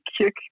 kick